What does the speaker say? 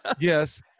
Yes